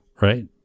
right